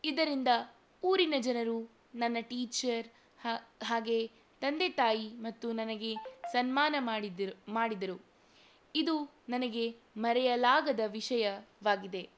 ಇದರಿಂದ ಊರಿನ ಜನರು ನನ್ನ ಟೀಚರ್ ಹಾಗೆ ತಂದೆ ತಾಯಿ ಮತ್ತು ನನಗೆ ಸನ್ಮಾನ ಮಾಡಿದರು ಮಾಡಿದರು ಇದು ನನಗೆ ಮರೆಯಲಾಗದ ವಿಷಯವಾಗಿದೆ